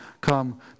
come